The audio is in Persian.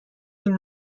این